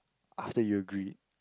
after you agreed